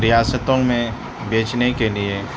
ریاستوں میں بیچنے کے لیے